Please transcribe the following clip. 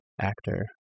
actor